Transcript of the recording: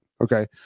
okay